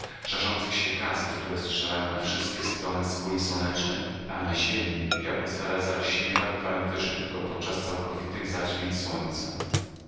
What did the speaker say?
żarzących się gazów które strzelają na wszystkie strony z kuli słonecznej a na ziemi gdzie atmosfera je zalśniewa bywają widoczne tylko podczas całkowitych zaćmień słońca